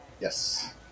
Yes